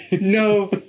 No